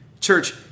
Church